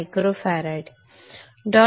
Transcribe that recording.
01 micro farad